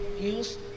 use